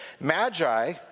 Magi